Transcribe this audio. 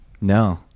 No